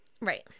Right